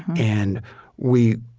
and we,